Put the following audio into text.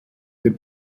dem